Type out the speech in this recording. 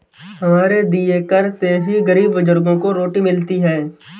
हमारे दिए कर से ही गरीब बुजुर्गों को रोटी मिलती है